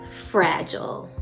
fragile.